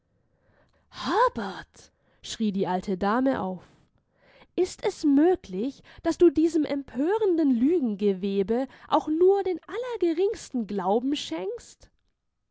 schrie die alte dame auf ist es möglich daß du diesem empörenden lügengewebe auch nur den allergeringsten glauben schenkst